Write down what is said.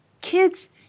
kids